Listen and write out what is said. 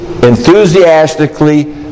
Enthusiastically